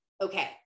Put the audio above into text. okay